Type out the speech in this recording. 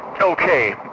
Okay